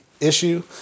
issue